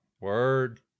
Word